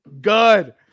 good